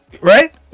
Right